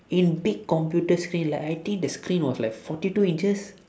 in big computer screen like I think the screen was like forty two inches